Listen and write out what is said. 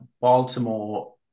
Baltimore